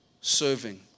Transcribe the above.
Serving